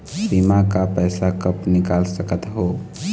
बीमा का पैसा कब निकाल सकत हो?